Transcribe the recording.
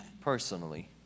personally